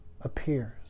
appears